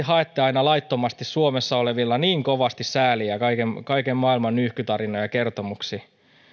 haette aina laittomasti suomessa oleville niin kovasti sääliä kaiken kaiken maailman nyyhkytarinoin ja kertomuksin